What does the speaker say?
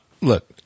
Look